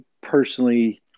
personally